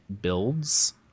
builds